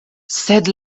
sed